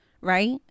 right